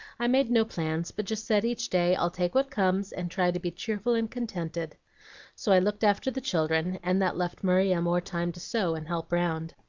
i made no plans, but just said each day, i'll take what comes, and try to be cheerful and contented so i looked after the children, and that left maria more time to sew and help round.